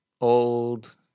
old